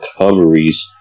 recoveries